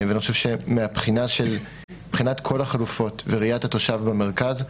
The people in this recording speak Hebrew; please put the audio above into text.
מבחינת כל החלופות וראיית התושב במרכז,